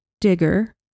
digger